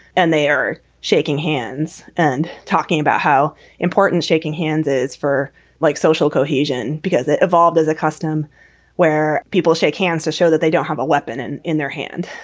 and they're shaking hands and talking about how important shaking hands is for like social cohesion, because it evolved as a custom where people shake hands to show that they don't have a weapon in in their hand.